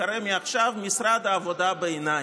שייקרא מעכשיו "משרד העבודה בעיניים".